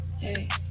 Hey